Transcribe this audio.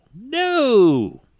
No